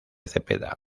cepeda